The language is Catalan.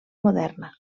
moderna